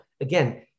again